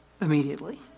immediately